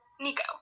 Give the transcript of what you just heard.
nico